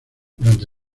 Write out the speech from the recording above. durante